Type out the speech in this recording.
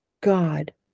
God